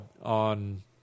on